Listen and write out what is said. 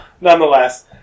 nonetheless